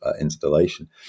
installation